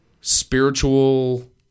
spiritual